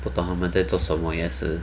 不懂他们在做什么也是